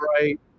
right